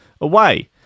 away